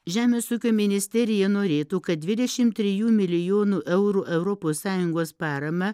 žemės ūkio ministerija norėtų kad dvidešimt trijų milijonų eurų europos sąjungos paramą